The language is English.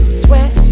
sweat